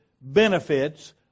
benefits